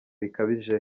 bikabije